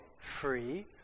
free